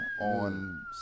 on